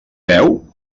veu